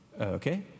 okay